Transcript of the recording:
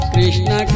Krishna